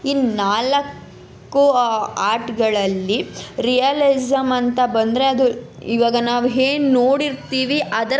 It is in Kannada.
ಈ ನಾಲ್ಕು ಆರ್ಟ್ಗಳಲ್ಲಿ ರಿಯಲಿಸಂ ಅಂತ ಬಂದರೆ ಅದು ಇವಾಗ ನಾವು ಏನ್ ನೋಡಿರ್ತೀವಿ ಅದರ